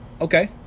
okay